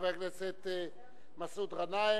חבר הכנסת מסעוד גנאים,